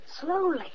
Slowly